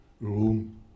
room